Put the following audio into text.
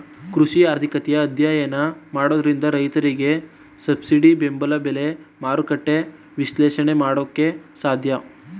ಕೃಷಿ ಆರ್ಥಿಕತೆಯ ಅಧ್ಯಯನ ಮಾಡೋದ್ರಿಂದ ರೈತರಿಗೆ ಸಬ್ಸಿಡಿ ಬೆಂಬಲ ಬೆಲೆ, ಮಾರುಕಟ್ಟೆ ವಿಶ್ಲೇಷಣೆ ಮಾಡೋಕೆ ಸಾಧ್ಯ